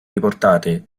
riportate